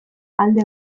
alde